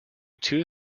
two